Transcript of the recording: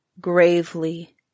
gravely